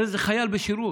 הרי זה חייל בשירות.